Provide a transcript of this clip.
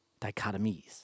Dichotomies